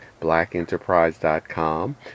BlackEnterprise.com